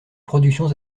productions